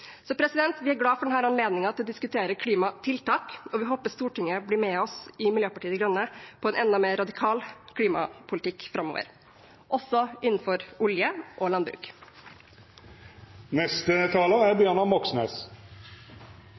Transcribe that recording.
Så vi er glade for denne anledningen til å diskutere klimatiltak, og vi håper Stortinget blir med oss i Miljøpartiet De Grønne på en enda mer radikal klimapolitikk framover – også innenfor olje og landbruk.